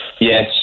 Yes